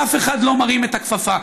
ואף אחד לא מרים את הכפפה.